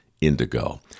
indigo